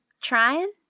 trying